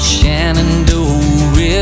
Shenandoah